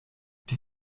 die